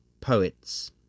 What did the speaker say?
poets